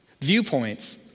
viewpoints